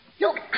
Look